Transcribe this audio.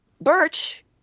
Birch